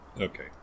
Okay